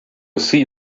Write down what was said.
see